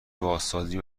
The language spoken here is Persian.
بازسازی